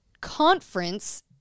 conference